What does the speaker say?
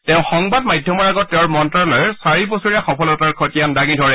তেওঁ সংবাদ মাধ্যমৰ আগত তেওঁৰ মন্ত্ৰালয়ৰ চাৰি বছৰীয়া সফলতাৰ খতিয়ান দাঙি ধৰে